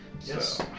Yes